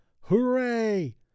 hooray